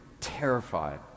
terrified